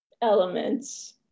elements